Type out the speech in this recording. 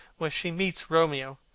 where she meets romeo.